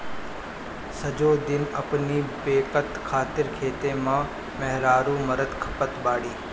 सजो दिन अपनी बेकत खातिर खेते में मेहरारू मरत खपत बाड़ी